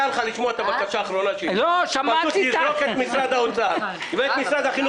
סדר היום